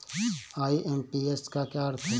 IMPS का क्या अर्थ है?